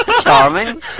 charming